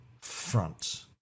Front